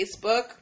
Facebook